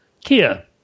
Kia